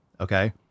Okay